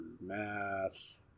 Math